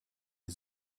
die